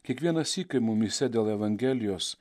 kiekvieną sykį mumyse dėl evangelijos